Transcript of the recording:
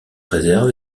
réserve